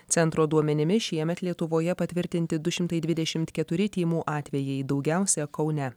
centro duomenimis šiemet lietuvoje patvirtinti du šimtai dvidešimt keturi tymų atvejai daugiausia kaune